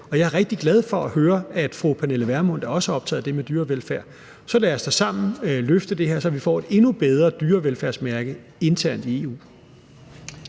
jeg er rigtig glad for at høre, at fru Pernille Vermund også er optaget af det med dyrevelfærd. Så lad os da sammen løfte det her, så vi får et endnu bedre dyrevelfærdsmærke internt i EU.